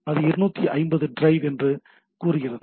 அது 250 டிரைவ் என்று கூறுகிறது